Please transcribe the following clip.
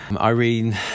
Irene